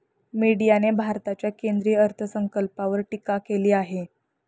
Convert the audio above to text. मीडियाने भारताच्या केंद्रीय अर्थसंकल्पावर टीका केली आहे